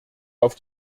auf